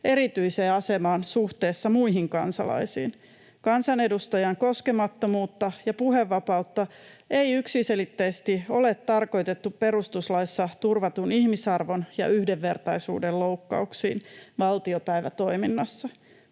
erityiseen asemaan suhteessa muihin kansalaisiin. Kansanedustajan koskemattomuutta ja puhevapautta ei ole — yksiselitteisesti — tarkoitettu perustuslaissa turvatun ihmisarvon ja yhdenvertaisuuden loukkauksiin valtiopäivätoiminnassa.